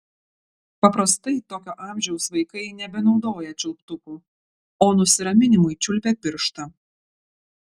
paprastai tokio amžiaus vaikai nebenaudoja čiulptukų o nusiraminimui čiulpia pirštą